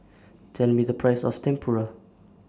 Tell Me The Price of Tempura